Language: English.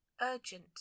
urgent